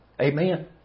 Amen